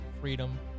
freedom